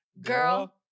Girl